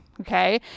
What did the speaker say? Okay